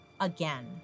again